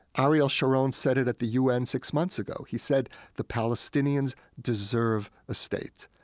arial sharon said it at the u n. six months ago. he said the palestinians deserve a state.